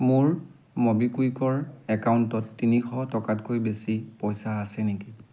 মোৰ ম'বিকুইকৰ একাউণ্টত তিনিশ টকাতকৈ বেছি পইচা আছে নেকি